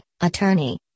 attorney